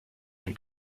dem